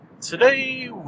Today